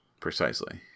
Precisely